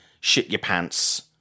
shit-your-pants